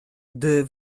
gdy